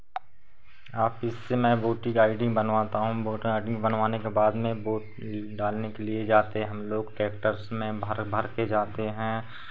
वापस से मैं वोटिंग आई डी बनवाता हूँ वोटर आई डी बनवाने के बाद में वोट डालने के लिए जाते है हम लोग ट्रेक्टर्स में भर भर के जाते हैं